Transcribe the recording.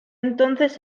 entonces